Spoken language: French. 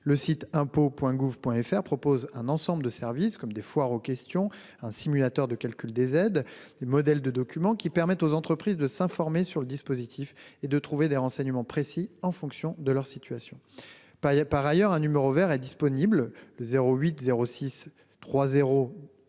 le site impot.gouv.fr, un ensemble de services- foire aux questions, simulateur de calcul des aides, modèles de documents -permet aux entreprises de s'informer sur les dispositifs et de trouver des renseignements précis en fonction de leur situation. Par ailleurs, un numéro vert est disponible, le 0806 000